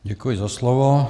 Děkuji za slovo.